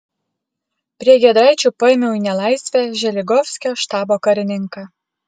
prie giedraičių paėmiau į nelaisvę želigovskio štabo karininką